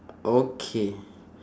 okay